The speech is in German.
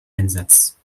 einsatz